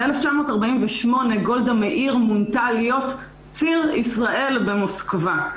ב-1978 גולדה מאיר מונתה להיות ציר ישראל במוסקבה.